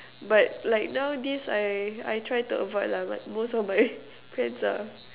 but like nowadays I I try to avoid lah but most of my friends are